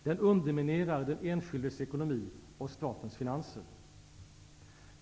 Den underminerar den enskildes ekonomi och statens finanser.